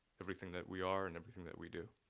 everything that we are, and everything that we do,